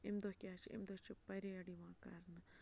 اَمہِ دۄہ کیٛاہ چھِ اَمہِ دۄہ چھِ پَریڈ یِوان کَرنہٕ